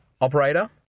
operator